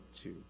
two